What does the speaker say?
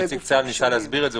נציג צה"ל ניסה להסביר את זה.